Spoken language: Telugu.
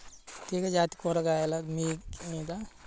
తీగజాతి కూరగాయల మీద అతివృష్టి జరిగితే ఏమి జరుగుతుంది?